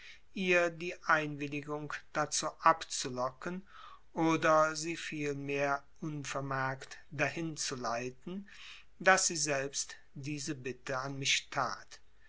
ihr die einwilligung dazu abzulocken oder sie vielmehr unvermerkt dahin zu leiten daß sie selbst diese bitte an mich tat